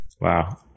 wow